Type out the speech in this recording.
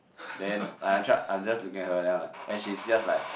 then like I tried I'm just looking at her then I'm like and she's just like